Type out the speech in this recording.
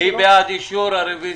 מי בעד אישור הרוויזיה?